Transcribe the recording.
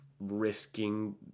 risking